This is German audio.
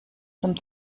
dem